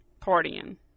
partying